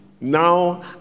Now